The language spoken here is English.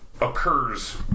Occurs